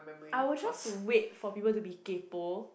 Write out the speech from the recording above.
I will just wait for people to be kaypoh